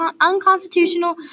unconstitutional